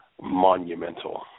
monumental